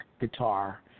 guitar